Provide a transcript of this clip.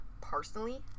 personally